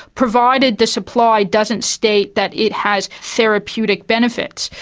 provided the supply doesn't state that it has therapeutic benefits.